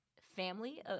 family